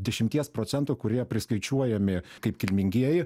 dešimties procentų kurie priskaičiuojami kaip kilmingieji